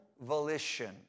volition